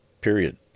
period